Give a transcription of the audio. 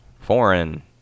foreign